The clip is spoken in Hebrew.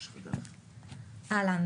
אהלן.